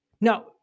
Now